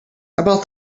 about